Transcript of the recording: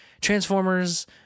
Transformers